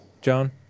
John